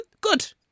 good